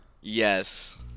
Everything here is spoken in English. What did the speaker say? Yes